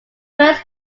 first